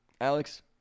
Alex